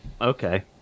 Okay